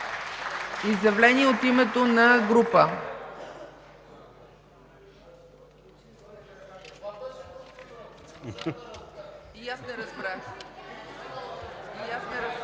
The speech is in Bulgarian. изявление от името на група.